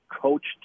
coached